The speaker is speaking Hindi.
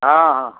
हाँ हाँ